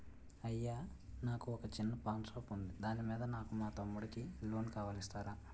అయ్యా నాకు వొక చిన్న పాన్ షాప్ ఉంది దాని మీద నాకు మా తమ్ముడి కి లోన్ కావాలి ఇస్తారా?